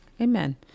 Amen